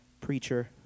preacher